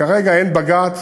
כרגע אין בג"ץ,